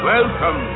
Welcome